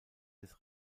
des